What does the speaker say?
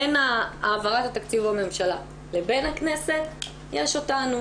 בין העברת התקציב בממשלה לבין הכנסת יש אותנו.